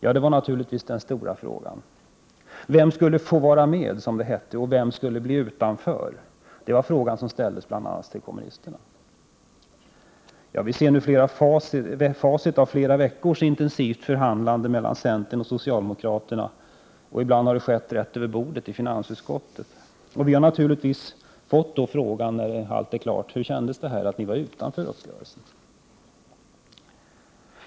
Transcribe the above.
Detta var naturligtvis den stora frågan. — Vem skulle, som det hette, få vara med och vem skulle bli utanför? Det var en fråga som bl.a. ställdes till kommunisterna. Vi ser nu facit av flera veckors intensivt förhandlande mellan centern och socialdemokraterna. Det har ibland skett förhandlingar direkt över bordet i finansutskottet. Vi i vänsterpartiet kommunisterna har naturligtvis när allt blivit klart fått frågan hur det känns att vara utanför uppgörelsen.